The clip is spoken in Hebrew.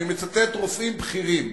אני מצטט רופאים בכירים,